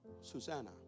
Susanna